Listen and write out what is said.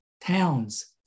towns